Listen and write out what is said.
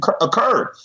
occurred